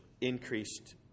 increased